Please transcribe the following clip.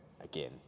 again